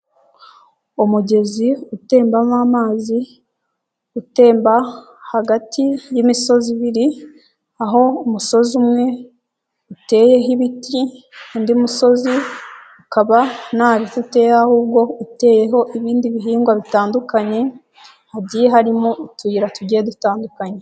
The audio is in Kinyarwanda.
Umugezi utembamo amazi, utemba hagati y'imisozi ibiri, aho umusozi umwe uteyeho ibiti undi musozi ukaba ntabiti uteyeho ahubwo uteyeho ibindi bihingwa bitandukanye, hagiye harimo utuyira tugiye dutandukanye.